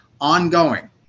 Ongoing